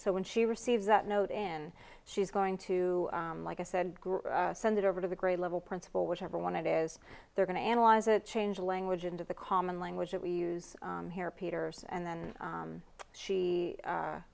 so when she receives that note and she's going to like i said send it over to the grade level principal whichever one it is they're going to analyze it change language into the common language that we use here peters and then she